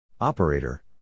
Operator